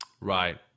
Right